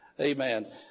Amen